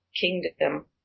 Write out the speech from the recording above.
kingdom